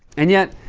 and yet,